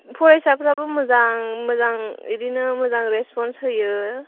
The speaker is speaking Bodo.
फरायसाफ्राबो मोजां मोजां बिदिनो मोजां रिसपन्स होयो